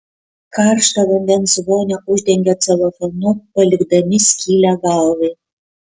karštą vandens vonią uždengia celofanu palikdami skylę galvai